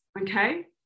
Okay